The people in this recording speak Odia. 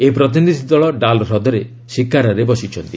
ଏହି ପ୍ରତିନିଧି ଦଳ ଡାଲ୍ ହ୍ରଦରେ ଶିକାରାରେ ବସିଛନ୍ତି